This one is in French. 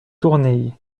tournée